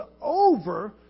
over